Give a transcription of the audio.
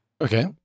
Okay